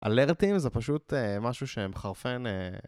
אלרטים זה פשוט משהו שמחרפן